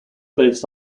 based